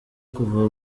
kuva